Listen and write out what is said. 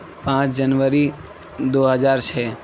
پانچ جنوری دو ہزار چھ